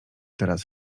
teraz